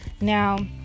Now